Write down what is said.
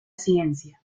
ciencia